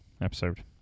episode